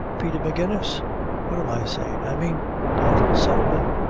peter magennis what am i sayin'? i mean bartle sullivan.